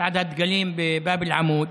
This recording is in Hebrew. מצעד הדגלים בבאב אל-עמוד,